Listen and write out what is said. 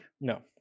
No